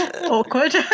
Awkward